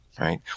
right